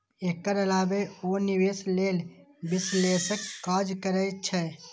एकर अलावे ओ निवेश लेल विश्लेषणक काज करै छै